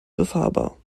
befahrbar